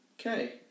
Okay